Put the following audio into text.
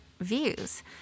views